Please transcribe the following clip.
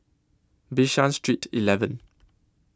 Bishan Street eleven